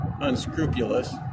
unscrupulous